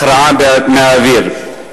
הכרעה מהאוויר.